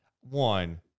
One